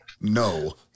No